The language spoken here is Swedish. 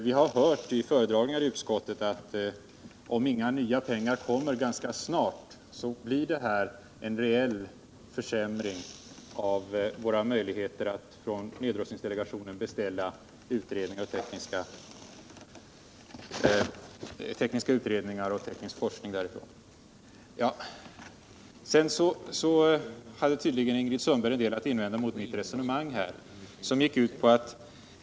Vi har hört vid föredragningar i utskottet att om inga nya pengar kommer ganska snart blir det en reell försämring av våra möjligheter att i nedrustningsdelegationen beställa tekniska utredningar och teknisk forskning därifrån. Ingrid Sundberg hade tydligen en del att invända mot mitt resonemang.